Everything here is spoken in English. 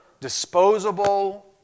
disposable